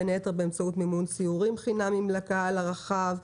בין היתר באמצעות מימון סיורים חינמיים לקהל הרחב,